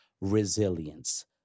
resilience